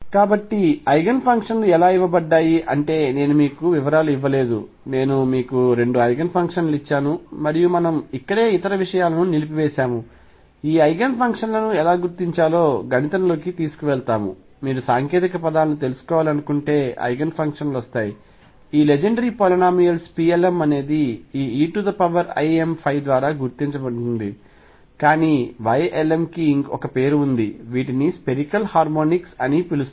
కాబట్టి ఐగెన్ఫంక్షన్ లు ఎలా ఇవ్వబడ్డాయి అంటే నేను మీకు వివరాలు ఇవ్వలేదు నేను మీకు 2 ఐగెన్ ఫంక్షన్ లు ఇచ్చాను మరియు మనం ఇక్కడే మనం ఇతర విషయాలను నిలిపివేశాము ఈ ఐగెన్ ఫంక్షన్ లను ఎలా గుర్తించాలో గణితంలోకి తీసుకువెళతాము మీరు సాంకేతిక పదాలను తెలుసుకోవాలనుకుంటే ఐగెన్ ఫంక్షన్ లు వస్తాయి ఈ లెజెండ్రీ పాలీనోమీయల్స్ Plm అనేది ఈ eimϕ ద్వారా గుణించబడుతుంది కానీ Ylm కి ఒక పేరు ఉంది వీటిని స్పెరికల్ హార్మోనిక్స్ అని పిలుస్తారు